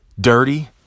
dirty